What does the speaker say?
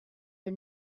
are